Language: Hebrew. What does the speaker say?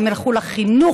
הם ילכו לחינוך,